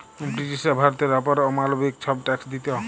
ব্রিটিশরা ভারতের অপর অমালবিক ছব ট্যাক্স দিত